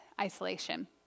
isolation